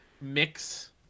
mix